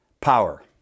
power